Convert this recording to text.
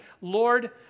Lord